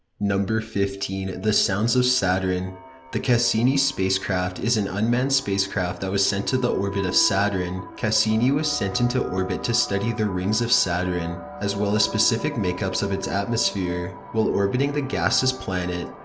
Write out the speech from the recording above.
number fifteen. the sounds of saturn the cassini spacecraft, is an unmanned spacecraft that was sent to the orbit of saturn. cassini was sent into to orbit to study the rings of saturn, as well as specific makeups of it's atmosphere. while orbiting the gaseous planet,